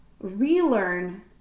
relearn